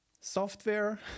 software